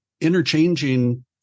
interchanging